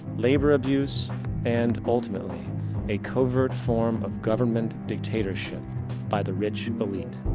labor abuse and ultimately a covert form of government dictatorship by the rich elite.